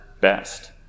best